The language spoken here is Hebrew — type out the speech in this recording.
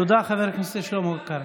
תודה לחבר הכנסת שלמה קרעי.